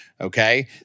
okay